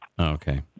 Okay